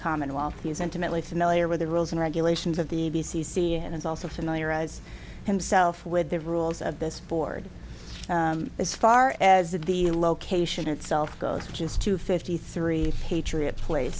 commonwealth he is intimately familiar with the rules and read elations of the b c c and is also familiarize himself with the rules of this board as far as the location itself goes just two fifty three patriot place